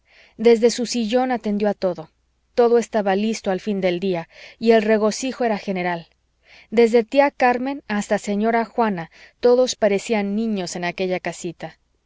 desde su sillón atendió a todo todo estaba listo al fin del día y el regocijo era general desde tía carmen hasta señora juana todos parecían niños en aquella casita